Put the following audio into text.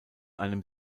einem